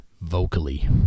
vocally